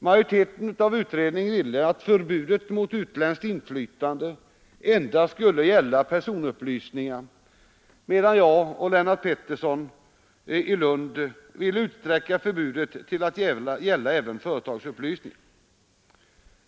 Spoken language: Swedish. Majoriteten av utredningen ville att förbudet mot utländskt inflytande endast skulle gälla personupplysningar, medan jag och Lennart Petterson i Lund ville utsträcka förbudet till att gälla även företagsupplysningar.